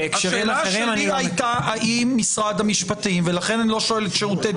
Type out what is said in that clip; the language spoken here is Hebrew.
השאלה שלי הייתה האם משרד המשפטים ולכן אני לא שואל את שירותי